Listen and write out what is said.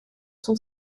sont